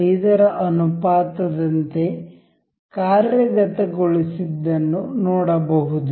5 ರ ಅನುಪಾತದಂತೆ ಕಾರ್ಯಗತಗೊಳಿಸಿದ್ದನ್ನು ನೋಡಬಹುದು